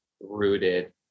rooted